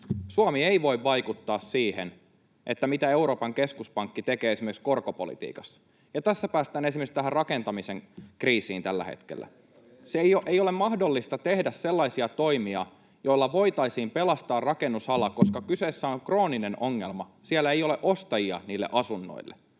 Suomi ei voi vaikuttaa siihen, mitä Euroopan keskuspankki tekee esimerkiksi korkopolitiikassa. Tässä päästään esimerkiksi tähän rakentamisen kriisiin tällä hetkellä. Ei ole mahdollista tehdä sellaisia toimia, joilla voitaisiin pelastaa rakennusala, koska kyseessä on krooninen ongelma. Siellä ei ole ostajia niille asunnoille.